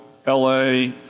LA